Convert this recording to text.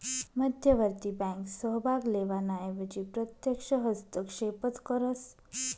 मध्यवर्ती बँक सहभाग लेवाना एवजी प्रत्यक्ष हस्तक्षेपच करस